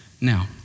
Now